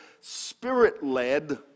Spirit-Led